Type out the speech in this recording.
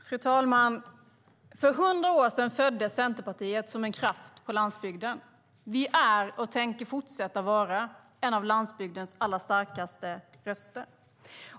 Fru talman! För 100 år sedan föddes Centerpartiet som en kraft på landsbygden. Vi är och tänker fortsätta vara en av landsbygdens allra starkaste röster.